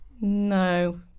No